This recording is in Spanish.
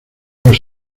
los